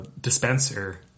dispenser